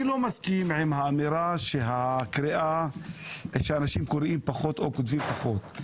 אני לא מסכים עם האמירה שאנשים קוראים פחות או כותבים פחות.